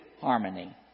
harmony